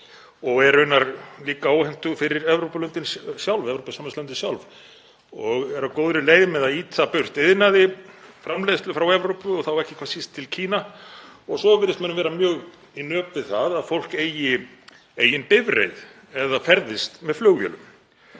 og er raunar líka óhentug fyrir Evrópusambandslöndin sjálf og er á góðri leið með að ýta burt iðnaði og framleiðslu frá Evrópu og þá ekki hvað síst til Kína og svo virðist mönnum vera mjög í nöp við það að fólk eigi eigin bifreið eða ferðist með flugvélum.